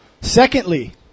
Secondly